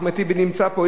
אחמד טיבי נמצא פה,